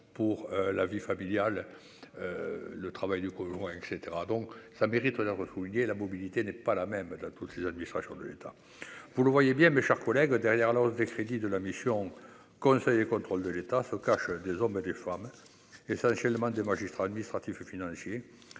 pour la vie familiale, le travail du colon et cetera, donc ça mérite la refouillé la mobilité n'est pas la même dans toutes les administrations de l'État, vous le voyez bien, mes chers collègues, derrière la hausse des crédits de la mission Conseil et contrôle de l'État faut cachent des hommes et des femmes, et essentiellement des magistrats administratifs et financiers